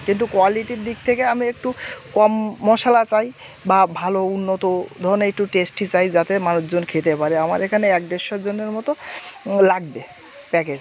কিন্তু কোয়ালিটির দিক থেকে আমি একটু কম মশলা চাই বা ভালো উন্নত ধরনের একটু টেস্টি চাই যাতে মানুষজন খেতে পারে আমার এখানে এক দেড়শো জনের মত লাগবে প্যাকেজ